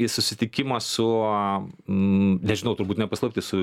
į susitikimą su aaa nežinau turbūt ne paslaptis su